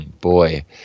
Boy